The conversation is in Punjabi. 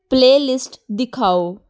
ਪਲੇਅਲਿਸਟ ਦਿਖਾਓ